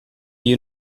you